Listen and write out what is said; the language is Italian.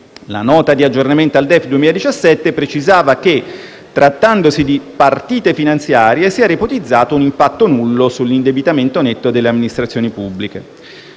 La Nota di aggiornamento al DEF 2017 precisava che, trattandosi di partite finanziarie, si era ipotizzato un impatto nullo sull'indebitamento netto delle amministrazioni pubbliche.